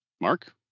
Mark